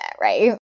right